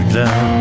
down